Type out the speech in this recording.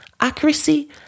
accuracy